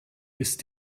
ist